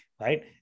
right